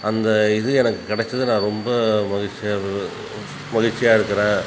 அந்த இது எனக்கு கெடைச்சது நான் ரொம்ப மகிழ்ச்சியா இருந்தது மகிழ்ச்சியா இருக்கிறேன்